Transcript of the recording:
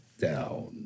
down